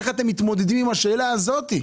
איך אתם מתמודדים עם השאלה הזאת?